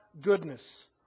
goodness